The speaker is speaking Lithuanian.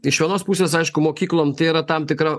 iš vienos pusės aišku mokyklom tai yra tam tikra